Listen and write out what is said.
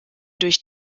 durch